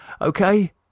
okay